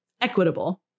equitable